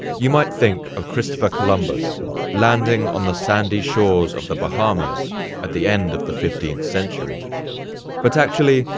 you might think of christopher columbus landing on the sandy shores of the bahamas at the end of the fifteenth century but actually,